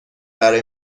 برای